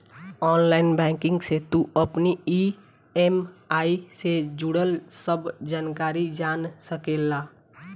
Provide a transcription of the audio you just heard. online banking से तू अपनी इ.एम.आई जे जुड़ल सब जानकारी जान सकेला